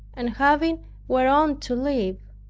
and having whereon to live,